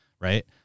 right